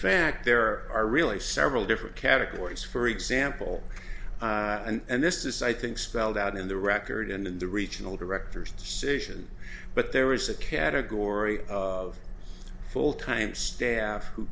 fact there are really several different categories for example and this is i think spelled out in the record and in the regional directors situation but there is a category of full time staff who